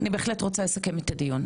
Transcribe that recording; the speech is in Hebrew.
אני בהחלט רוצה לסכם את הדיון,